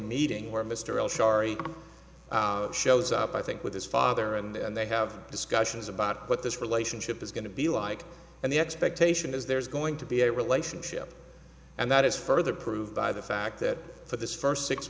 meeting where mr el shari shows up i think with his father and they have discussions about what this relationship is going to be like and the expectation is there's going to be a relationship and that is further proved by the fact that for this first six